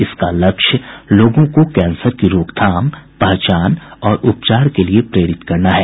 इसका लक्ष्य लोगों को कैंसर की रोकथाम पहचान और उपचार के लिए प्रेरित करना है